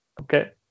Okay